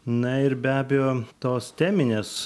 na ir be abejo tos teminės